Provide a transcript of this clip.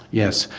yes,